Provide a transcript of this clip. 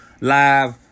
live